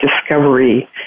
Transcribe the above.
discovery